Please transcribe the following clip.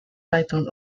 title